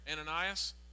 Ananias